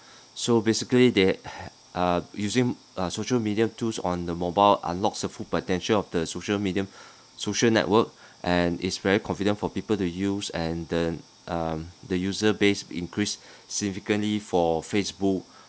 so basically they uh using uh social media tools on the mobile unlocks a full potential of the social media social network and is very convenient for people to use and then um the user base increase significantly for facebook